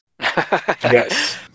Yes